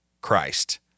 Christ